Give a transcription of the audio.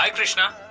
um krishna.